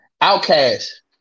Outcast